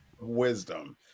wisdom